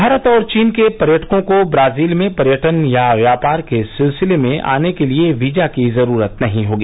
भारत और चीन के पर्यटकों को ब्राजील में पर्यटन या व्यापार के सिलसिले में आने के लिए वीजा की जरूरत नहीं होगी